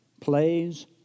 plays